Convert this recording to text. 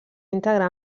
integrar